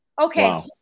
Okay